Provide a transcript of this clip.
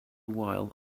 while